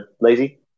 Lazy